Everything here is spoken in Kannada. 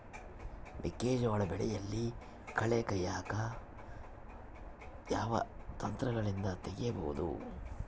ಮೆಕ್ಕೆಜೋಳ ಬೆಳೆಯಲ್ಲಿ ಕಳೆ ತೆಗಿಯಾಕ ಯಾವ ಯಂತ್ರಗಳಿಂದ ತೆಗಿಬಹುದು?